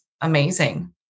amazing